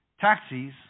taxis